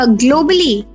globally